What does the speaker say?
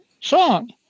song